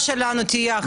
העסקה שלנו תהיה אחרת.